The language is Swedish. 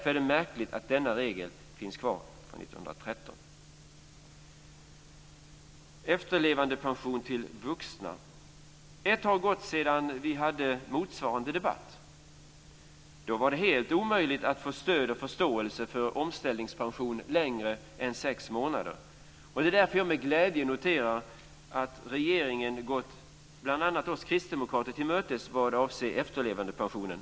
Det är därför märkligt att denna regel från 1913 finns kvar. Fru talman! Det har gått ett år sedan vi hade en debatt om efterlevandepension till vuxna. Då var det helt omöjligt att få stöd och förståelse för krav på en omställningspension för längre tid än sex månader. Det är därför som jag med glädje noterar att regeringen och även utskottet nu gått bl.a. oss kristdemokrater till mötes vad avser efterlevandepensionen.